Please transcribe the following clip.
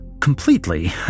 completely